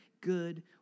good